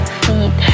feet